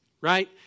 right